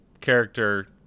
character